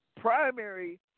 primary